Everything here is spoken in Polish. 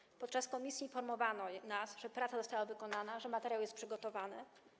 Podczas posiedzenia komisji informowano nas, że praca została wykonana, że materiał jest przygotowany.